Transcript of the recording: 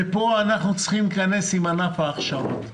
פה אנחנו צריכים להיכנס עם ענף ההכשרות.